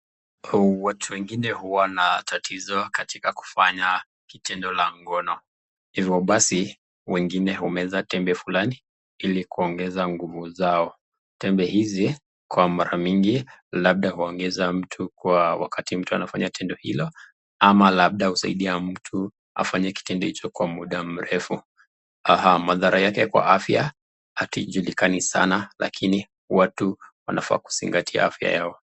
Watu wengine huwa na tatizo katika kufanya tendo la ngono, hivyo basi wengine humeza tembe fulani ili kuongeza nguvu zao. Tembe hizi kwa mara mingi labda huongeza mtu kwa wakati mtu anafanya tendo hilo ama labda husaidia mtu afanye kitendo hicho kwa muda mrefu. Madhara yake kwa afya hata haijulikani sana lakini watu wanafaa kuzingatia afya yao.